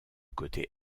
côté